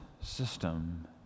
system